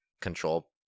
control